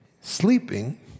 Sleeping